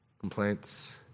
complaints